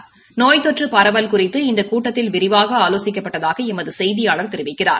இந்த நோய் தொற்று பரவல் குறித்து இந்த கூட்டத்தில் விரிவாக ஆலோசிக்கப்பட்டதாக எமது செய்தியாளர் தெரிவிக்கிறார்